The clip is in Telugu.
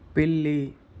పిల్లి